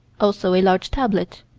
also a large tablet,